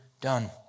done